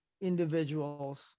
individuals